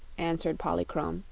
answered polychrome,